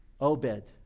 Obed